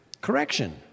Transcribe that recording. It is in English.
correction